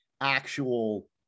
actual